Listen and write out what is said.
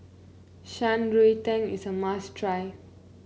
Shan Rui Tang is a must try